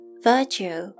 Virtue